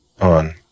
on